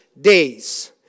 days